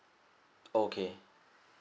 okay